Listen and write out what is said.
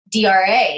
DRA